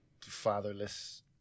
fatherless